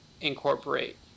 incorporate